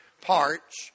parts